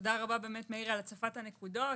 תודה רבה, מאיר, על הצפת הנקודות.